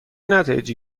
نتایجی